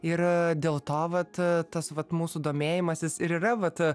ir dėl to vat tas vat mūsų domėjimasis ir yra vat